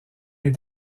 est